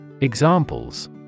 Examples